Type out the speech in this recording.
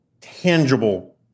tangible